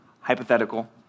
hypothetical